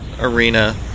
arena